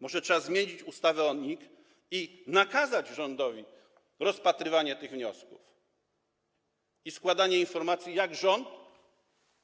Może trzeba zmienić ustawę o NIK i nakazać rządowi rozpatrywanie tych wniosków, składanie informacji o tym, jak rząd